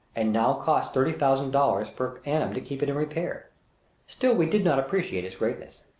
and now costs thirty thousand dollars per annum to keep it in repair still we did not appreciate its greatness.